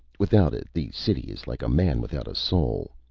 without it, the city is like a man without a soul.